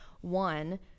one